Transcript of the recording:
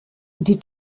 die